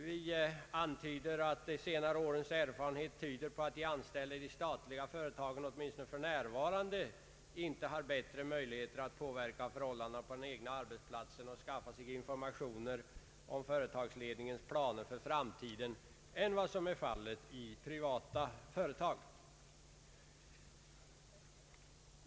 Vi antyder att de senare årens erfarenheter pekar på att de anställda i de statliga företagen, åtminstone för närvarande, inte har bättre möjligheter att påverka förhållandena på den egna arbetsplatsen och skaffa sig informationer om företagsledningens planer för framtiden än de anställda i privata företag har.